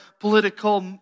political